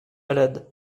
malade